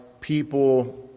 people